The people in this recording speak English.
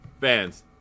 fans